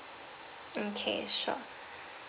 okay sure